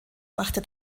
machte